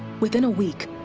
within a week,